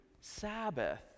Sabbath